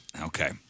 Okay